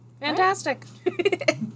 Fantastic